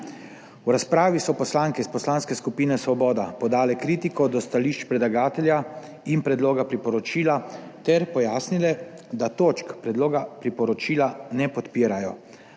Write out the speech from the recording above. V razpravi so poslanke iz Poslanske skupine Svoboda podale kritiko do stališč predlagatelja in predloga priporočila ter pojasnile, da točk predloga priporočila ne podpirajo,